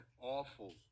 awful